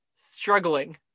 struggling